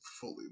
fully